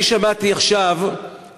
אני שמעתי עכשיו,